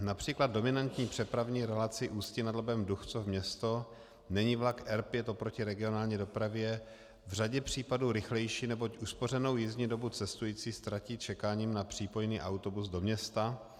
Například v dominantní přepravní relaci Ústí nad Labem Duchcov město není vlak R5 oproti regionální dopravě v řadě případů rychlejší, neboť uspořenou jízdní dobu cestující ztratí čekáním na přípojný autobus do města.